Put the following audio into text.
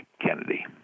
Kennedy